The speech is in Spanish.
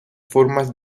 formas